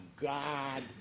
God